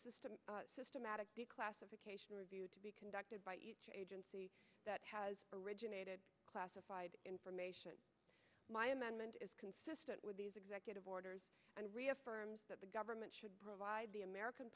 a systematic declassification review to be conducted by each agency that has originated classified information my amendment is consistent with these executive orders and reaffirms that the government should provide the american